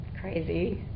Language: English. crazy